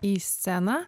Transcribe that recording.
į sceną